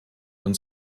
uns